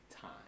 time